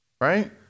right